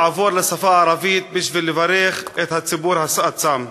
אעבור לשפה הערבית בשביל לברך את הציבור הצם.